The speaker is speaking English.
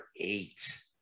eight